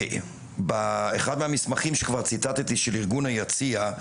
באחד מהמסמכים שכבר ציטטתי של ארגון היציע,